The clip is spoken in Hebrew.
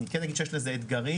אני כן אגיד שיש בזה אתגרים,